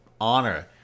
honor